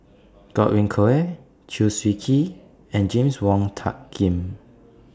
Godwin Koay Chew Swee Kee and James Wong Tuck Yim